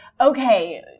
okay